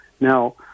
Now